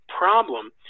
problem